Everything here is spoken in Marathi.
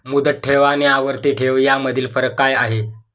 मुदत ठेव आणि आवर्ती ठेव यामधील फरक काय आहे?